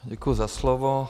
Děkuji za slovo.